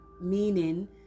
meaning